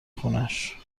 خونش